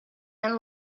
and